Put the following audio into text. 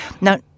Now